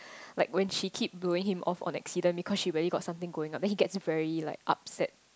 like when she keep blowing him off on accident because she really got something going up then he gets very like upset